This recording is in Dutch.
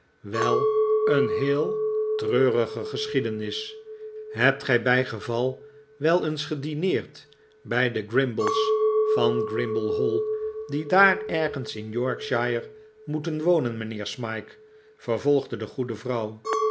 wel een heel treurige geschiedenis hebt gij bij geval wel eens gedineerd bij de grimble's van grimble hall die daar ergens in yorkshire moeten wonen mijnheer smike vervolgde de goede vrouw